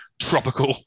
tropical